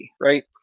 right